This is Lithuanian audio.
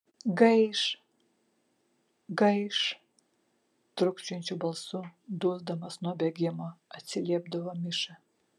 gaiš gaiš trūkčiojančiu balsu dusdamas nuo bėgimo atsiliepdavo miša